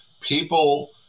people